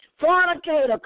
Fornicator